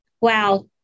Wow